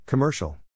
Commercial